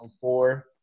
four